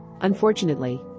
Unfortunately